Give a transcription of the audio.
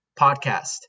podcast